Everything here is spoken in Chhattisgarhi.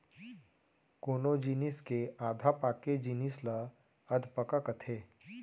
कोनो जिनिस के आधा पाके जिनिस ल अधपका कथें